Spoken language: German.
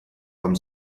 beim